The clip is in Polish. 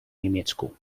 niemiecku